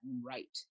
right